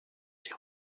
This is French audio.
ses